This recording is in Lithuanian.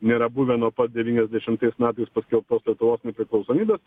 nėra buvę nuo pat devyniasdešimtais metais paskelbtos lietuvos nepriklausomybės